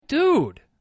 Dude